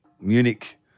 Munich